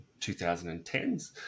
2010s